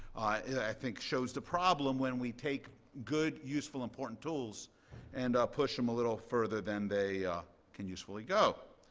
i think shows the problem when we take good, useful, important tools and push them a little further than they can usefully go.